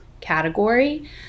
category